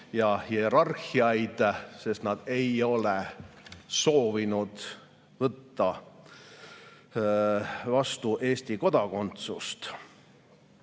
ja hierarhiaid, sest nad ei ole soovinud võtta vastu Eesti kodakondsust.